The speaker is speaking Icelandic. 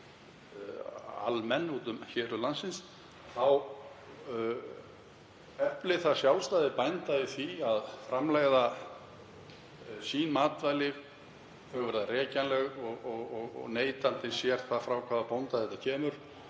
almenn úti um héruð landsins þá efli það sjálfstæði bænda í því að framleiða matvæli sín. Þau verða rekjanleg og neytandinn sér frá hvaða bónda þetta kemur